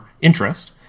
interest